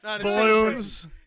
Balloons